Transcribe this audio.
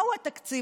מהו התקציב